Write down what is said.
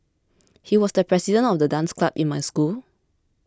he was the president of the dance club in my school